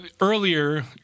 earlier